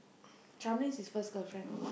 Shamini is his first girlfriend